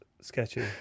sketchy